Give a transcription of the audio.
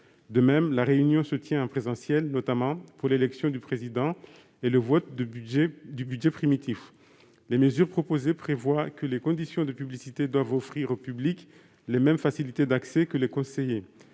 En outre, la réunion doit se tenir en présence notamment pour l'élection du président et le vote du budget primitif. Les mesures proposées prévoient que les conditions de publicité doivent offrir au public les mêmes facilités d'accès qu'aux conseillers.